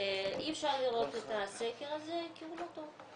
'אי אפשר לראות את הסקר הזה כי הוא לא טוב'.